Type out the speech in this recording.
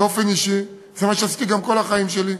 באופן אישי, זה מה שעשיתי גם כל החיים שלי.